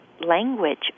language